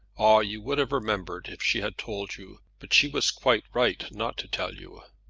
ah, you would have remembered if she had told you but she was quite right not to tell you.